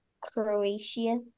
Croatia